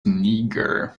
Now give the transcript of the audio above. niger